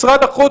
משרד החוץ,